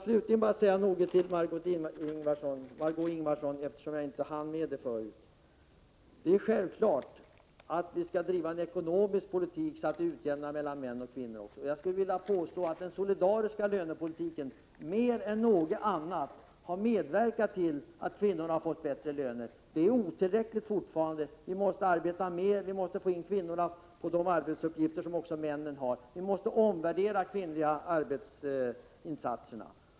Slutligen några ord till Margö Ingvardsson, som jag inte hann bemöta i min förra replik. Det är självklart att vi skall driva en ekonomisk politik för att nå jämställdhet mellan kvinnor och män. Jag skulle vilja påstå att en solidarisk lönepolitik, mer än någonting annat, har medverkat till att kvinnorna fått bättre löner. Men det är fortfarande otillräckligt. Vi måste arbeta vidare och få fler kvinnor till sådana arbetsuppgifter som nu huvudsakligen män har. Vi måste omvärdera kvinnornas arbetsinsatser.